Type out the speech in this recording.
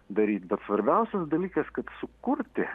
daryt bet svarbiausias dalykas kad sukurti